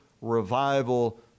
revival